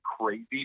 crazy